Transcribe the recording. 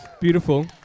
beautiful